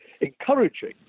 encouraging